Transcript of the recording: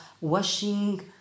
washing